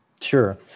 Sure